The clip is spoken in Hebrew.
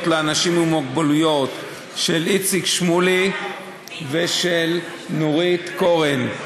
לאנשים עם מוגבלויות: איציק שמולי ונורית קורן.